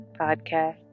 podcast